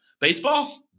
Baseball